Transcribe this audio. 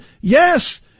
yes